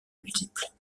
multiples